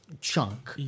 chunk